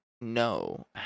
no